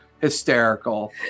hysterical